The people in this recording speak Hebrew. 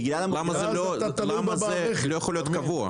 למה שלא יהיה קבוע?